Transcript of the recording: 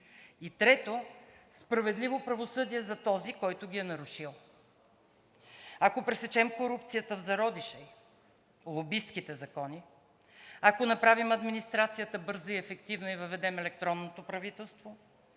И трето, справедливо правосъдие за този, който ги е нарушил. Ако пресечем корупцията в зародиша ѝ, лобистките закони, ако направим администрацията бърза и ефективна и въведем електронното правителство